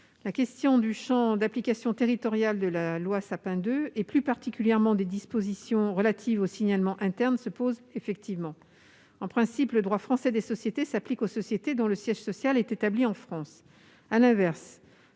La question du champ d'application territorial de cette loi, et plus particulièrement des dispositions relatives au signalement interne, se pose effectivement. En principe, le droit français des sociétés s'applique aux sociétés dont le siège social est établi en France